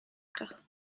kach